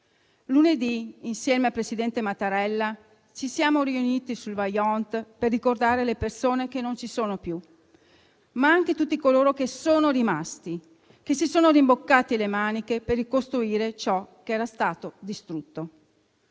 Lunedì, insieme al presidente Mattarella, ci siamo riuniti sul Vajont per ricordare le persone che non ci sono più, ma anche tutti coloro che sono rimasti e si sono rimboccati le maniche per ricostruire ciò che era stato distrutto.